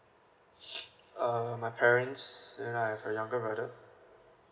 err my parents thenI have a younger brother